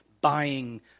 buying